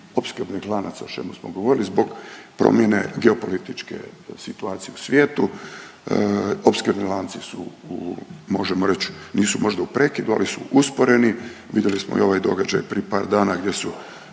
opskrbnih lanaca o čemu smo govorili zbog promjene geopolitičke situacije u svijetu. Opskrbni lanci su možemo reć nisu možda u prekidu, ali su usporeni, vidjeli smo i ovaj događaj prije par dana gdje su